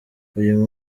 uyu